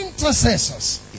intercessors